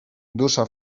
dusza